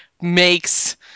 makes